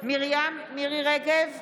מירי מרים רגב,